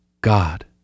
God